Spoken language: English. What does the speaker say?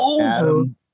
Adam